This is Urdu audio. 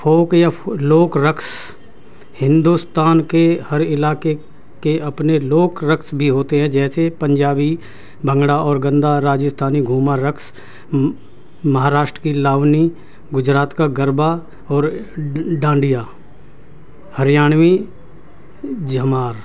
فوک یا لوک رقص ہندوستان کے ہر علاقے کے اپنے لوک رقص بھی ہوتے ہیں جیسے پنجابی بھنگڑا اور گندھا راجستھانی گھوما رقص مہاراشٹر کی لاونی گجرات کا گربا اور ڈانڈیا ہریانوی جمار